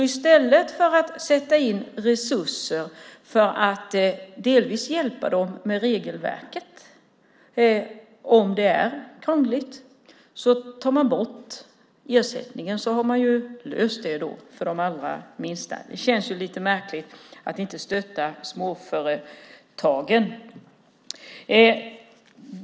I stället för att sätta in resurser för att delvis hjälpa dem med regelverket om det är krångligt tar man bort ersättningen. Då har man ju löst problemet med de allra minsta. Det känns lite märkligt att inte stötta småföretagen.